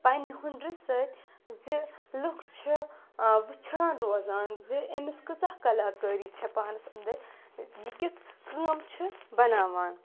پنٛنہِ ہُنرٕ سۭتۍ زِ لُکھ چھِ وٕچھان روزان زِ أمِس کۭژاہ کَلاکٲری چھےٚ پانَس انٛدَر یہِ کیُتھ کٲم چھُ بَناوان